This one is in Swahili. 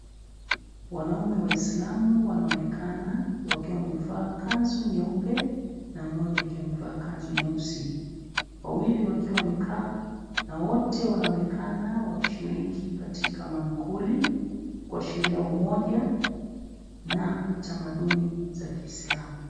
Wanaume Waislamu wanaonekana wakiwa wamevaa kanzu nyeupe na mmoja akiwa amevaa kanzu nyeusi wawili wakiwa wamekaa na wote wanaonekana wakishiriki katika Mankuli kuashiria umoja na tamaduni za Kiislamu.